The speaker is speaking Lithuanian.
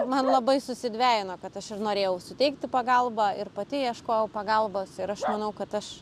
man labai susidvejino kad aš ir norėjau suteikti pagalbą ir pati ieškojau pagalbos ir aš manau kad aš